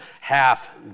half